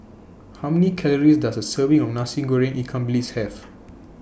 How Many Calories Does A Serving of Nasi Goreng Ikan Bilis Have